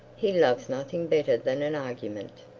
he loves nothing better than an argument,